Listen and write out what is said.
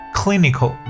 clinical